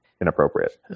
inappropriate